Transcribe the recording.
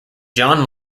john